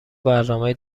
برنامه